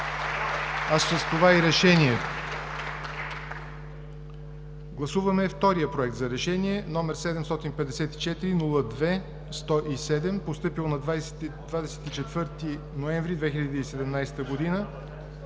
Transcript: а с това и Решението. Гласуваме втория Проект за Решение, № 754-02-107, постъпил на 24 ноември 2017 г.,